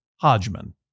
Hodgman